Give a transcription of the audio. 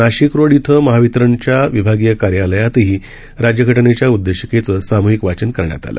नाशिकरोड इथं महावितरणच्या विभागीय कार्यलयातही राज्य घटनेच्या उददीशिकेचे सामूहिक वाचन करण्यात आलं